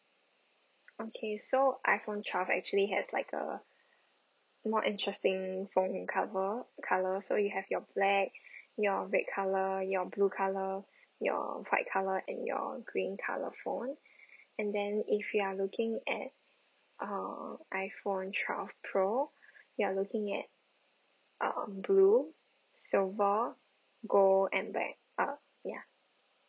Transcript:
okay so iPhone twelve actually has like a more interesting phone cover color so you have your black your red colour your blue colour your white colour and your green colour phone and then if you are looking at uh iPhone twelve pro you are looking at um blue silver gold and black uh ya